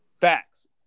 Facts